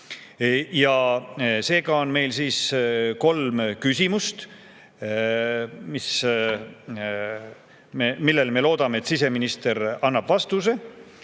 Seega on meil kolm küsimust, millele, me loodame, siseminister annab vastuse.